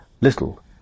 little